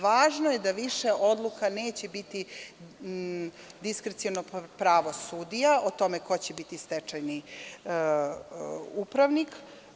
Važno je da više odluka neće biti diskreciono pravo sudija, o tome ko će biti stečajni upravnik.